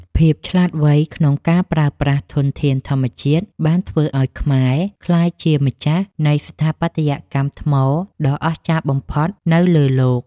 ភាពឆ្លាតវៃក្នុងការប្រើប្រាស់ធនធានធម្មជាតិបានធ្វើឱ្យខ្មែរក្លាយជាម្ចាស់នៃស្ថាបត្យកម្មថ្មដ៏អស្ចារ្យបំផុតនៅលើលោក។